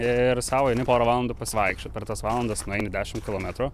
ir sau eini porą valandų pasivaikščiot per tas valandas nueini dešimt kilometrų